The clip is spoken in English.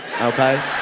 okay